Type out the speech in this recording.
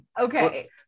okay